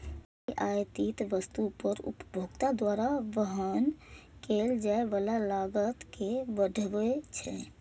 ई आयातित वस्तु पर उपभोक्ता द्वारा वहन कैल जाइ बला लागत कें बढ़बै छै